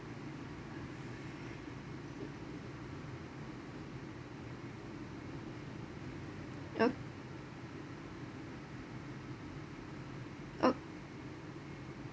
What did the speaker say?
oh oh